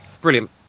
brilliant